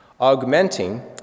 augmenting